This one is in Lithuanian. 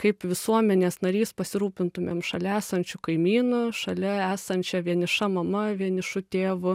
kaip visuomenės narys pasirūpintumėm šalia esančiu kaimynu šalia esančia vieniša mama vienišu tėvu